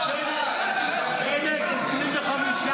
נו --- לא --- מילא 5 מיליון שקל --- בנט,